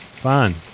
fine